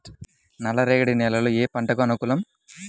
నల్ల రేగడి నేలలు ఏ పంటకు అనుకూలం?